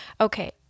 Okay